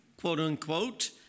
quote-unquote